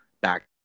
back